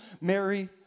Mary